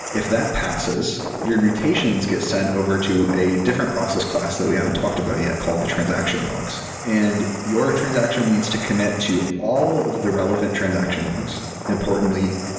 if that passes, your mutations get sent over to a different process class that we haven't talked about yet called the transaction logs. and your transaction needs to commit to all of the relevant transaction logs. importantly,